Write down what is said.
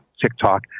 TikTok